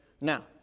Now